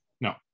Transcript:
No